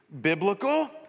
biblical